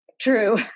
True